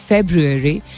February